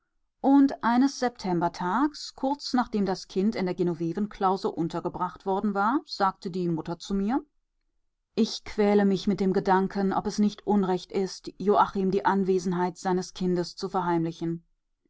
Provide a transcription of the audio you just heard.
und eines septembertags kurz nachdem das kind in der genovevenklause untergebracht worden war sagte die mutter zu mir ich quäle mich mit dem gedanken ob es nicht unrecht ist joachim die anwesenheit seines kindes zu verheimlichen